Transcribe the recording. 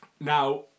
now